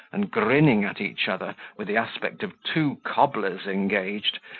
and grinning at each other, with the aspect of two cobblers engaged,